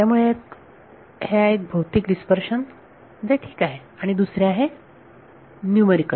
त्यामुळे एक आहे भौतिक डिस्पर्शन जे ठीक आहे आणि दुसरे आहे न्यूमरिकल